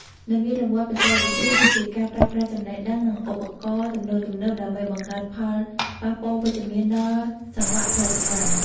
នវានុវត្តន៍បច្ចេកវិទ្យាគឺជាការប្រើប្រាស់ចំណេះដឹង និងឧបករណ៍ទំនើបៗដើម្បីបង្កើតផលប៉ះពាល់វិជ្ជមានដល់សង្វាក់ផលិតកម្ម។